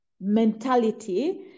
mentality